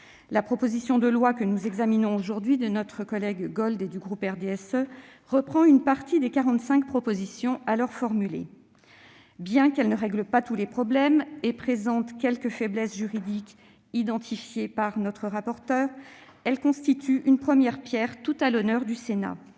du groupe RDSE, que nous examinons aujourd'hui, reprend une partie des 45 propositions alors formulées. Bien qu'elle ne règle pas tous les problèmes et présente quelques faiblesses juridiques identifiées par notre rapporteur, elle constitue une première pierre qui est à l'honneur du Sénat.